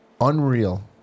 Unreal